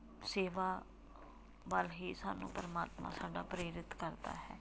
ਸੇਵਾ ਵੱਲ ਹੀ ਸਾਨੂੰ ਪਰਮਾਤਮਾ ਸਾਡਾ ਪ੍ਰੇਰਿਤ ਕਰਦਾ ਹੈ